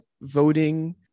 voting